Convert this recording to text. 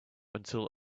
until